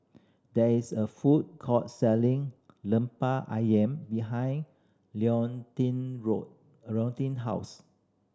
there is a food court selling Lemper Ayam behind Leontine Road Leontine house